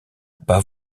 pas